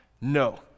No